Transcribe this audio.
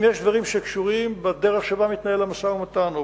אם יש דברים שקשורים בדרך שבה מתנהל המשא-ומתן או